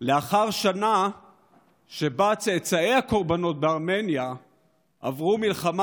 לאחר שנה שבה צאצאי הקורבנות בארמניה עברו מלחמה